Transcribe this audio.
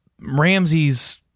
Ramsey's